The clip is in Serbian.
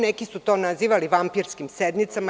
Neki su to nazivali vampirskim sednicama.